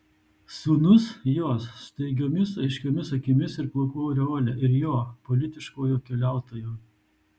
sūnus jos staigiomis aiškiomis akimis ir plaukų aureole ir jo politiškojo keliautojo